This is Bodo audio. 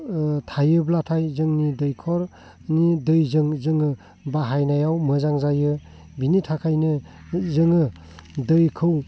थायोब्लाथाय जोंनि दैखरनि दैजों जोङो बाहायनायाव मोजां जायो बेनि थाखायनो जोङो दैखौ